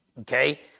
Okay